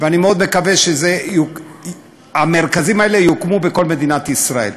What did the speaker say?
ואני מאוד מקווה שהמרכזים האלה יוקמו בכל מדינת ישראל.